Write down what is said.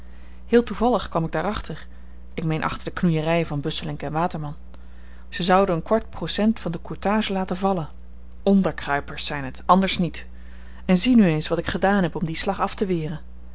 heel toevallig kwam ik daar achter ik meen achter de knoeiery van busselinck waterman zy zouden een kwart procent van de courtage laten vallen onderkruipers zyn het anders niet en zie nu eens wat ik gedaan heb om dien slag afteweren een